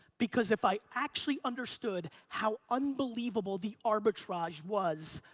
because if i'd actually understood how unbelievable the arbitrage was,